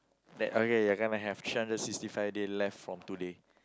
that okay you gonna to have three hundred sixty five days left from today